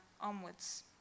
onwards